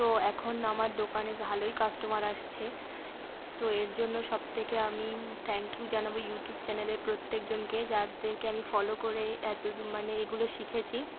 তো এখন আমার দোকানে ভালোই কাস্টমার আসছে তো এর জন্য সব থেকে আমি থ্যাংক ইউ জানাবো ইউটিউব চ্যানেলের প্রত্যেকজনকে যাদেরকে আমি ফলো করে এত মানে এগুলো শিখেছি